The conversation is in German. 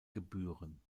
gebühren